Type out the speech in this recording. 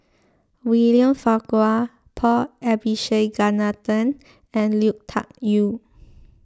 William Farquhar Paul Abisheganaden and Lui Tuck Yew